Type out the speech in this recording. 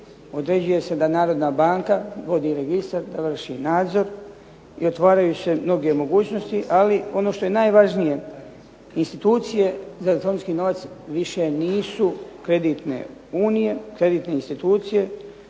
Određuje se da Narodna banka vodi registar, da vrši nadzor i otvaraju se mnoge mogućnosti. Ali što je najvažnije institucije za elektronički novac više nisu kreditne unije, kreditne institucije